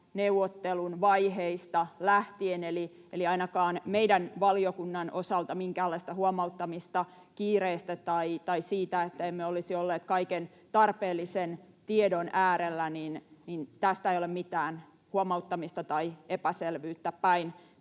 neuvottelun vaiheista lähtien, eli ainakaan meidän valiokunnan osalta ei ole minkäänlaista huomauttamista kiireestä tai siitä, että emme olisi olleet kaiken tarpeellisen tiedon äärellä. Tästä ei ole mitään huomauttamista tai epäselvyyttä,